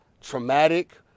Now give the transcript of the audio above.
traumatic